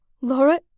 Laura